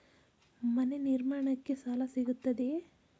ಮನೆ ನಿರ್ಮಾಣಕ್ಕೆ ಸಾಲ ಸಿಗುತ್ತದೆಯೇ?